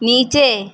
نیچے